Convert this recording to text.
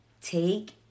Take